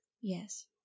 yes